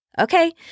okay